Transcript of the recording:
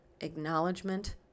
acknowledgement